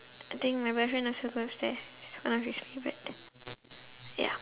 I think my boyfriend also goes there uh his ya